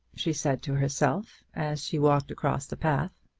she said to herself as she walked across the park.